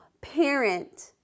parent